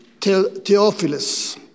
Theophilus